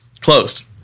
closed